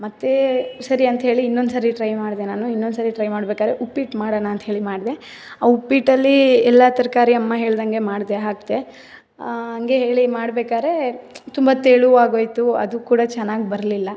ಮತ್ತು ಸರಿ ಅಂಥೇಳಿ ಇನ್ನೊಂದು ಸರಿ ಟ್ರೈ ಮಾಡಿದೆ ನಾನು ಇನ್ನೊಂದು ಸರಿ ಟ್ರೈ ಮಾಡ್ಬೇಕಾದ್ರೆ ಉಪ್ಪಿಟ್ಟು ಮಾಡೋಣ ಅಂಥೇಳಿ ಮಾ ಆ ಉಪ್ಪಿಟ್ಟಲ್ಲಿ ಎಲ್ಲ ತರಕಾರಿ ಅಮ್ಮ ಹೇಳ್ದಂತೆ ಮಾಡಿದೆ ಹಾಕಿದೆ ಹಂಗೆ ಹೇಳಿ ಮಾಡ್ಬೇಕಾದ್ರೆ ತುಂಬ ತೆಳು ಆಗೋಯಿತು ಅದು ಕೂಡ ಚೆನ್ನಾಗಿ ಬರಲಿಲ್ಲ